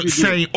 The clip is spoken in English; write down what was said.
say